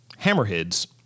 Hammerheads